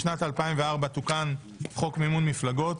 בשנת 2004 תוקן חוק מימון מפלגות